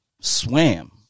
swam